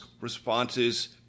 responses